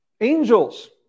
Angels